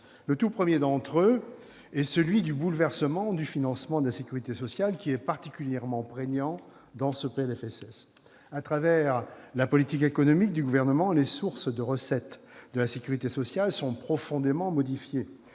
Le tout premier d'entre eux est celui du bouleversement du financement de la sécurité sociale qui est particulièrement prégnant dans ce texte. À travers la politique économique du Gouvernement, les sources de recettes de la sécurité sociale sont profondément modifiées.